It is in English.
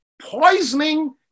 poisoning